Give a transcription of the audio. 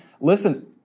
Listen